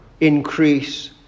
increase